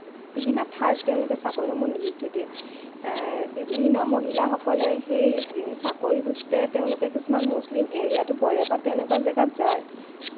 বিভিন্ন ঠাইত তেওঁলোকে এই চাকৰিসমূহ নিযুক্তি দিয়ে বিভিন্ন মহিলাসকলে সেই চাকৰি সূত্ৰে তেওঁলোকে কিছুমান মুছলিম এৰিয়াটো পৰে বা তেনেকুৱা জেগাত যায়